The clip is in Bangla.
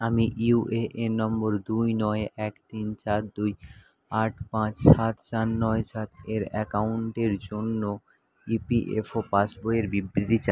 আমি ইউএএন নম্বর দুই নয় এক তিন চার দুই আট পাঁচ সাত চার নয় সাত এর অ্যাকাউন্টের জন্য ইপিএফও পাসবইয়ের বিবৃতি চাই